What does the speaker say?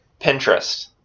Pinterest